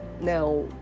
Now